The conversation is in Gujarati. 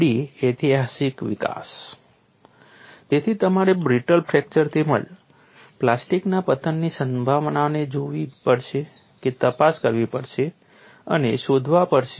FAD ઐતિહાસિક વિકાસ તેથી તમારે બ્રિટલ ફ્રેક્ચર તેમજ પ્લાસ્ટિકના પતનની સંભાવનાને જોવી પડશે કે તપાસ કરવી પડશે અને શોધવા પડશે